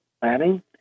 planning